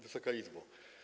Wysoka Izbo!